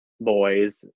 boys